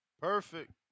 Perfect